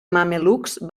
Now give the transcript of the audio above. mamelucs